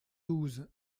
douze